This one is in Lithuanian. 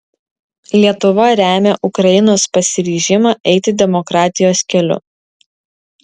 lietuva remia ukrainos pasiryžimą eiti demokratijos keliu